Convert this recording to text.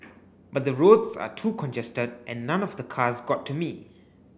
but the roads are too congested and none of the cars got to me